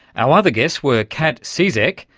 our other guests were kat so cizek,